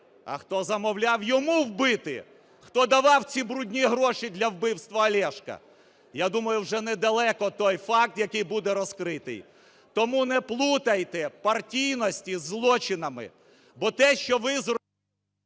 а хто замовляв йому вбити? Хто давав ці брудні гроші для вбивства Олешка? Я думаю, вже недалеко той факт, який буде розкритий. Тому не плутайте партійності із злочинами. Бо те, що ви…